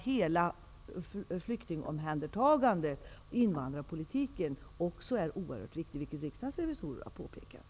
Hela flyktingomhändertagandet och invandrarpolitiken är oerhört viktiga frågor, vilket riksdagens revisorer också påpekat.